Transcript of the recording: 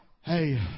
Hey